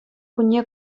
кунне